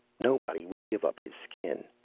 nobody will give up his skin.